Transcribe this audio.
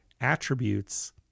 attributes